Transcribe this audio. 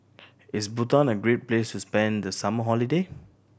is Bhutan a great place to spend the summer holiday